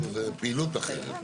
זה פעילות אחרת.